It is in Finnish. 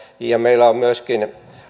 meillä on myöskin